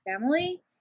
family